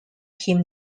him